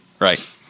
Right